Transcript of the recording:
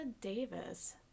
Davis